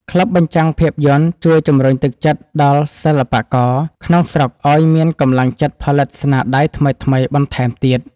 ក្លឹបបញ្ចាំងភាពយន្តជួយជំរុញទឹកចិត្តដល់សិល្បករក្នុងស្រុក ឱ្យមានកម្លាំងចិត្តផលិតស្នាដៃថ្មីៗបន្ថែមទៀត។